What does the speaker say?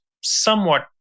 somewhat